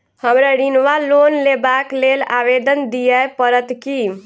हमरा ऋण वा लोन लेबाक लेल आवेदन दिय पड़त की?